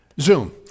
Zoom